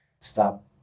stop